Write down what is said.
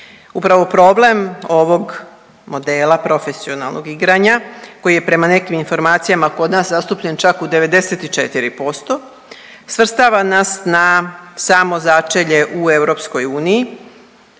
Upravo problem ovog modela profesionalnog igranja koji je prema nekim informacijama kod nas zastupljen čak u 94% svrstava nas na samo začelje u EU. Dokaz za